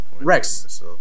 Rex